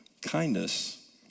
Kindness